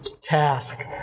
task